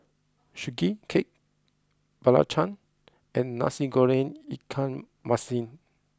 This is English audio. Sugee Cake Belacan and Nasi Goreng Ikan Masin